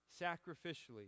sacrificially